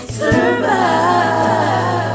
survive